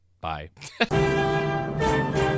Bye